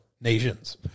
nations